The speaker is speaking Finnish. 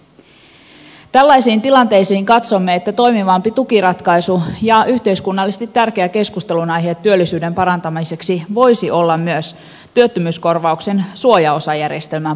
katsomme että tällaisiin tilanteisiin toimivampi tukiratkaisu ja yhteiskunnallisesti tärkeä keskustelunaihe työllisyyden parantamiseksi voisi olla myös työttömyyskorvauksen suojaosajärjestelmän palauttaminen